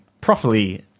properly